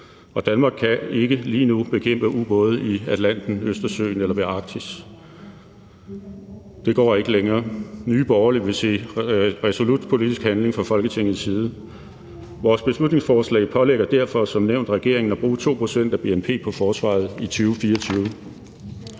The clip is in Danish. og Danmark kan ikke lige nu bekæmpe ubåde i Atlanten, Østersøen eller ved Arktis. Det går ikke længere. Nye Borgerlige vil se resolut politisk handling fra Folketingets side. Vores beslutningsforslag pålægger derfor som nævnt regeringen at bruge 2 pct. af bnp på forsvaret i 2024.